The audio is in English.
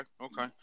okay